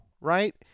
right